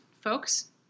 folks